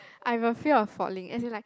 I have a fear of falling as in like